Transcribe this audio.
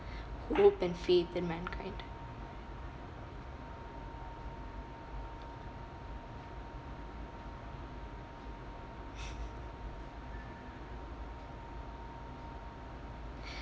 hope and faith in mankind